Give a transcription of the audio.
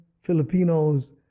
Filipinos